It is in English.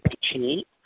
cheap